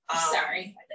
Sorry